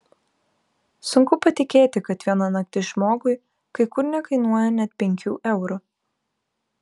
sunku patikėti kad viena naktis žmogui kai kur nekainuoja net penkių eurų